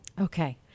Okay